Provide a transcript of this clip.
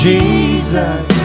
Jesus